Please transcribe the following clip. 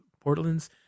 Portland's